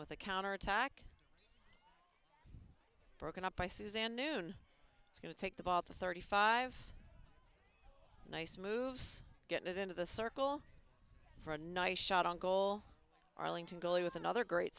with a counterattack broken up by suzanne noone is going to take the ball to thirty five nice moves get into the circle for a nice shot on goal arlington goalie with another great